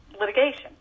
litigation